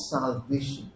salvation